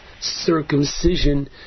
circumcision